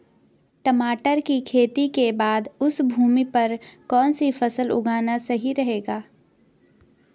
टमाटर की खेती के बाद उस भूमि पर कौन सी फसल उगाना सही रहेगा?